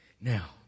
Now